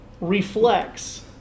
reflects